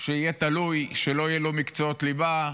שיהיה תלוי, שלא יהיו לו מקצועות ליבה,